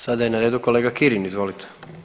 Sada je na redu kolega Kirin, izvolite.